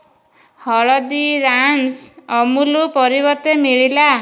ହଳଦୀରାମ୍ସ୍ ଅମୁଲ ପରିବର୍ତ୍ତେ ମିଳିଲା